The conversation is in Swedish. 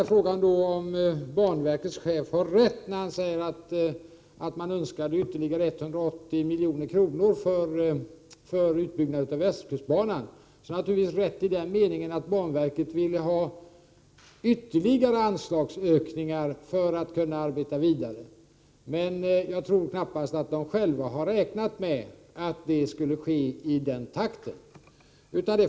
På frågan om banverkets chef har rätt när han säger att man önskat ytterligare 180 milj.kr. för en utbyggnad av västkustbanan vill jag svara att han naturligtvis har det, i den meningen att banverket ville ha ytterligare anslagsökningar för att kunna arbeta vidare. Men jag tror knappast att man från banverkets sida har räknat med att det skulle ske i den här takten.